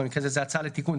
במקרה הזה זו הצעה לתיקון,